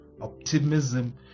optimism